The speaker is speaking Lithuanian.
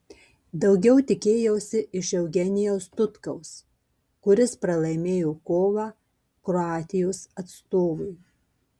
daugiau tikėjausi iš eugenijaus tutkaus kuris pralaimėjo kovą kroatijos atstovui